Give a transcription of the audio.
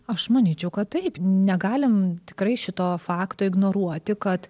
aš manyčiau kad taip negalim tikrai šito fakto ignoruoti kad